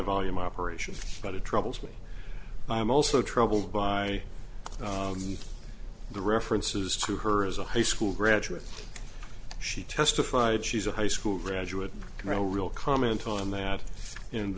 volume operation but it troubles me i'm also troubled by the references to her as a high school graduate she testified she's a high school graduate a real comment on that and